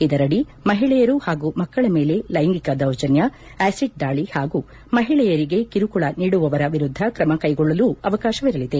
ಇದರಡಿ ಮಹಿಳೆಯರು ಹಾಗೂ ಮಕ್ಕಳ ಮೇಲೆ ಲೈಂಗಿಕ ದೌರ್ಜನ್ಯ ಆ್ಯಸಿಡ್ ದಾಳಿ ಹಾಗೂ ಮಹಿಳೆಚುರಿಗೆ ಕಿರುಕುಳ ನೀಡುವವರ ವಿರುದ್ಧ ಕ್ರಮ ಕೈಗೊಳ್ಳಲೂ ಅವಕಾಶವಿರಲಿದೆ